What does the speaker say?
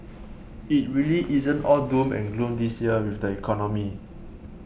it really isn't all doom and gloom this year with the economy